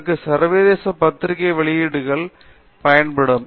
இதற்கு சர்வதேச பத்திரிகை வெளியீடுகள் பயன்படும்